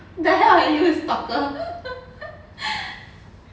then are you a stalker